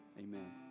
Amen